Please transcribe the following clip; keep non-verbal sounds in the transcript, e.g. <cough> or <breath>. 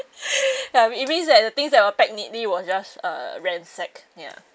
<breath> ya it means that the things that were packed neatly was just uh ransacked ya